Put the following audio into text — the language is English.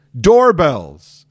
doorbells